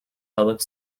public